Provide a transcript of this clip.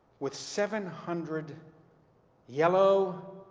with seven hundred yellow,